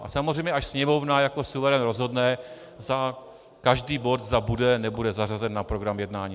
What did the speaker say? A samozřejmě až Sněmovna jako suverén rozhodne, zda každý bod, zda bude nebude zařazen na program jednání.